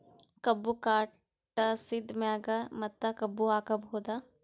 ಕಬ್ಬು ಕಟಾಸಿದ್ ಮ್ಯಾಗ ಮತ್ತ ಕಬ್ಬು ಹಾಕಬಹುದಾ?